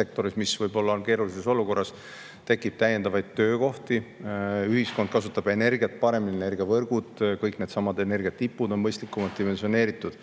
sektoris, mis võib-olla on keerulises olukorras. Tekib täiendavaid töökohti, ühiskond kasutab energiat paremini, energiavõrgud on mõistlikumalt dimensioneeritud,